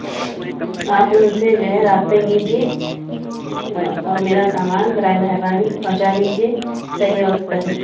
آپ ان سے جو ہے رابطہ کیجیے اور میرا سامان برائے مہربانی پہنچا دیجیے صحیح وقت پر